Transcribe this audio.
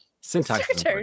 Syntax